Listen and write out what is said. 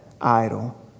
idol